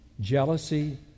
jealousy